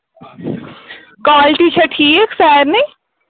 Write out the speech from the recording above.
quality چھےٚ ٹھیٖک سارنی